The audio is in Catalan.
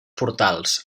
portals